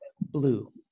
blue